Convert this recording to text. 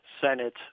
Senate